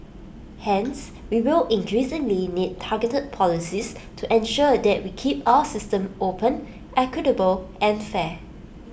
hence we will increasingly need targeted policies to ensure that we keep our system open equitable and fair